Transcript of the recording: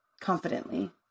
confidently